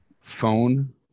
Phone